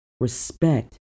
respect